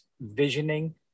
visioning